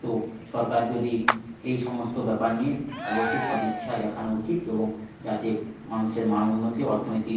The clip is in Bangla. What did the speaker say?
তো সরকার যদি এই সমস্ত ব্যাপার নিয়ে অবশ্যই সদিচ্ছা দেখানো উচিত এবং যাতে মানুষের মান উন্নতি ও অর্থনৈতিক